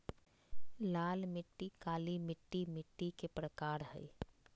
लाल मिट्टी, काली मिट्टी मिट्टी के प्रकार हय